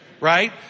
right